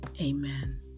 Amen